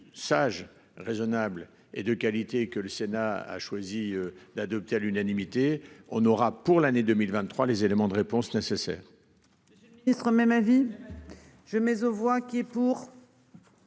sage, raisonnable et de qualité que le Sénat a choisi d'adopter à l'unanimité. On aura pour l'année 2023, les éléments de réponse nécessaire.